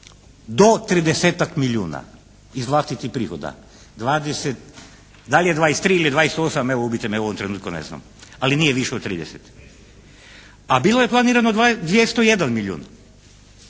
milijuna iz vlastitih prihoda. Da li je 23 ili 28 evo, ubijte me, u ovom trenutku ne znam. Ali nije više od 30. A bilo je planirano 201 milijun.